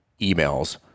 emails